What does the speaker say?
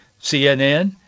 CNN